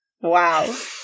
Wow